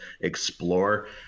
explore